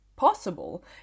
Possible